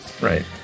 Right